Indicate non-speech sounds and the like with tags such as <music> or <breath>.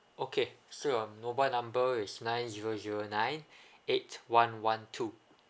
okay so your mobile number is nine zero zero nine <breath> eight one one two